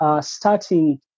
starting